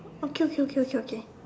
okay okay okay okay